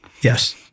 yes